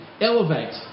elevate